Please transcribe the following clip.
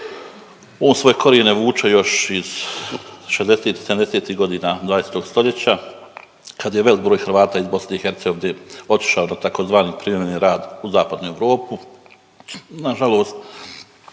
On svoje korijene vuče još iz 60-ih, 70-ih godina 20. st. kad je velik broj Hrvata iz BiH otišao na privremeni rad u zapadnu Europu.